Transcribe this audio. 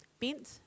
Bent